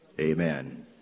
Amen